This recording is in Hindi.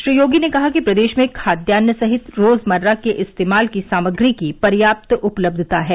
श्री योगी ने कहा कि प्रदेश में खाद्यान्न सहित रोजमर्रा के इस्तेमाल की सामग्री की पर्याप्त उपलब्धता है